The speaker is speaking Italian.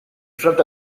fronte